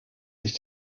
ich